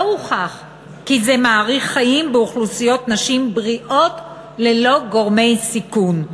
לא הוכח כי זה מאריך חיים באוכלוסיות נשים בריאות ללא גורמי סיכון.